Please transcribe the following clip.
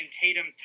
Tatum